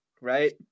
Right